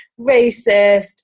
racist